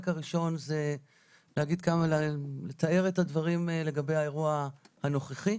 הראשון זה לתאר את הדברים לגבי האירוע הנוכחי.